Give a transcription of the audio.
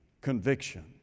conviction